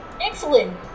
excellent